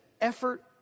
effort